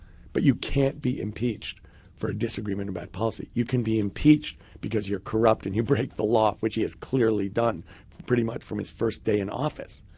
but you can't be impeached for a disagreement about policy. you can be impeached because you're corrupt and you break the law, which he has clearly done pretty much from his first day in office.